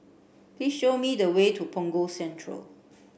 please show me the way to Punggol Central